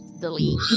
Delete